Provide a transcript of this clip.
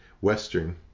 western